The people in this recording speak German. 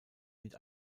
mit